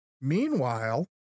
Meanwhile